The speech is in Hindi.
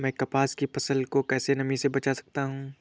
मैं कपास की फसल को कैसे नमी से बचा सकता हूँ?